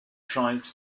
tribes